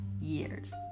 years